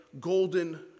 golden